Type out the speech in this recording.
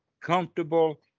comfortable